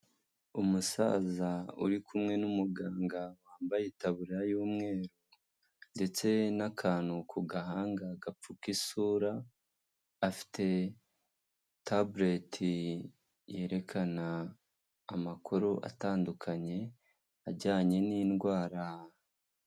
Umusaza uri kumwe n'umuganga wambaye itaburariya y'umweru ndetse n'akantu ku gahanga gapfuka isura, afite tabuleti yerekana amakuru atandukanye ajyanye n'indwara.